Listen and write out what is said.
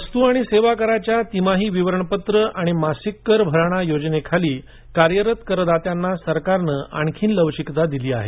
वस्तु आणि सेवा कराच्या तिमाही विवरण पत्र आणि मासिक कर भरणा योजनेखाली कार्यरत करदात्यांना सरकारनं आणखी लवचिकता दिली आहे